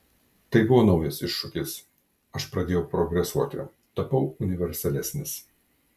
tai buvo naujas iššūkis aš pradėjau progresuoti tapau universalesnis